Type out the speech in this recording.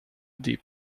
deep